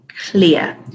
clear